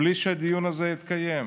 בלי שהדיון הזה התקיים.